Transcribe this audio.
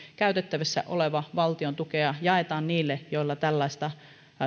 käytettävissä olevaa valtion tukea jaamme niille joilla tällaista